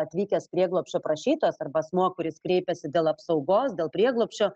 atvykęs prieglobsčio prašytojas arba asmuo kuris kreipiasi dėl apsaugos dėl prieglobsčio